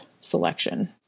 selection